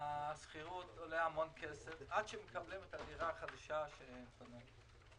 השכירות עולה המון כסף עד שהם מקבלים את הדירה החדשה שהם קנו.